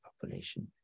population